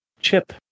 Chip